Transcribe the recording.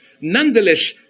nonetheless